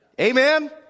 Amen